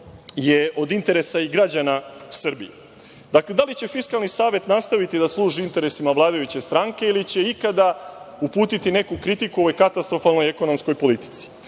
je od interesa i građana Srbije. Dakle, da li će Fiskalni savet nastaviti da služi interesima vladajuće stranke ili će ikada uputiti neku kritiku ovoj katastrofalnoj ekonomskoj politici? Na